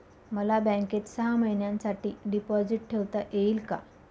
मला बँकेत सहा महिन्यांसाठी डिपॉझिट ठेवता येईल का?